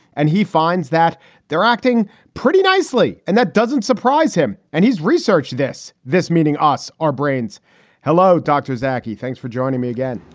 and he finds that they're acting pretty nicely. and that doesn't surprise him. and he's researched this this meeting us, our brains hello, dr. zacky. thanks for joining me again.